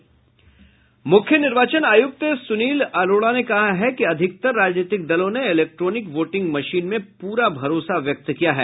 मुख्य निर्वाचन आयुक्त सुनील अरोड़ा ने कहा है कि अधिकतर राजनीतिक दलों ने इलेक्ट्रॉनिक वोटिंग मशीन में पूरा भरोसा व्यक्त किया है